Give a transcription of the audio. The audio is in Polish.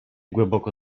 głęboko